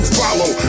follow